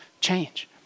change